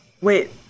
Wait